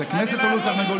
זה כנסת או לול תרנגולים?